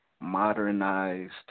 modernized